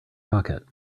pocket